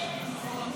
הסתייגות 2 גם היא לא